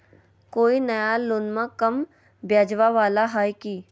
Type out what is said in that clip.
कोइ नया लोनमा कम ब्याजवा वाला हय की?